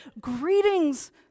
greetings